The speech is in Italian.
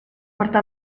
porta